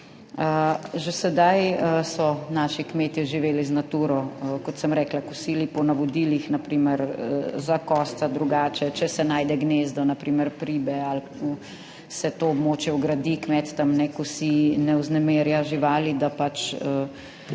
Že sedaj so naši kmetje živeli z Naturo, kot sem rekla, kosili po navodilih, na primer za kosca drugače, če se najde gnezdo, na primer pribe, se to območje vgradi, kmet tam ne kosi, ne vznemirja živali, da steče